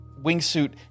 wingsuit